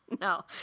No